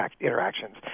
interactions